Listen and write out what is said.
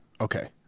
Okay